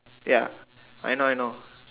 ya I know I know